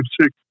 six